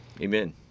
Amen